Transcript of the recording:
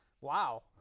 wow